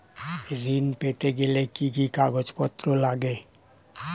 ঋণ পেতে গেলে কি কি কাগজপত্র লাগে?